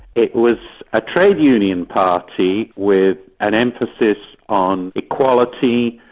it was a trade union party with an emphasis on equality,